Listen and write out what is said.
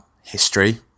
history